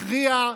הכריע,